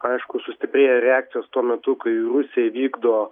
aišku sustiprėja reakcijos tuo metu kai rusija įvykdo